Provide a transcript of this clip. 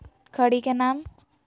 खड़ी के नाम?